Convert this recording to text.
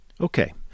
Okay